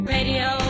Radio